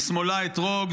בשמאלה אתרוג.